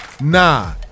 Nah